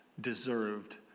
deserved